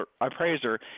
appraiser